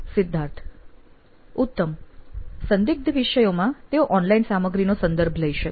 સિદ્ધાર્થ ઉત્તમ સંદિગ્ધ વિષયોમાં તેઓ ઓનલાઇન સામગ્રીનો સંદર્ભ લઇ શકે